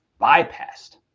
bypassed